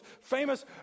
famous